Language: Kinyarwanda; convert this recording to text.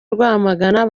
rwamagana